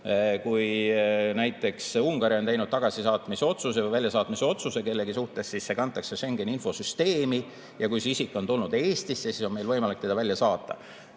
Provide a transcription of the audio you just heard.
Kui näiteks Ungari on teinud tagasisaatmisotsuse või väljasaatmisotsuse kellegi suhtes, siis see kantakse Schengeni infosüsteemi, ja kui see isik on tulnud Eestisse, siis on meil võimalik teda välja saata.